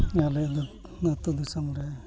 ᱟᱞᱮ ᱫᱚ ᱟᱛᱳᱼᱫᱤᱥᱚᱢ ᱨᱮ